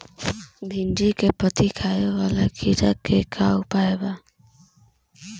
भिन्डी में पत्ति खाये वाले किड़ा के का उपाय बा?